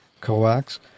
coax